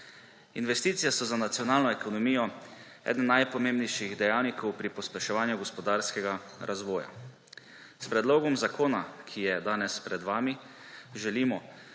Investicije so za nacionalno ekonomijo eden najpomembnejših dejavnikov pri pospeševanju gospodarskega razvoja. S predlogom zakona, ki je danes pred vami, želimo